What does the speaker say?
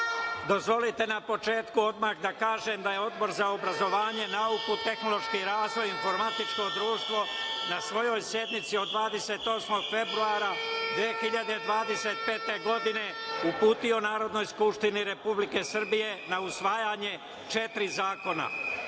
dozvolite na početku odmah da kažem da je Odbor za obrazovanje, nauku, tehnološki razvoj i informatičko društvo na svojoj sednici od 28. februara 2025. godine uputio Narodnoj skupštini Republike Srbije na usvajanje četiri zakona